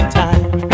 time